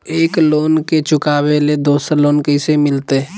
एक लोन के चुकाबे ले दोसर लोन कैसे मिलते?